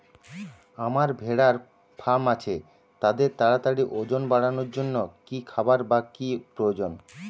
আমার ভেড়ার ফার্ম আছে তাদের তাড়াতাড়ি ওজন বাড়ানোর জন্য কী খাবার বা কী প্রয়োজন?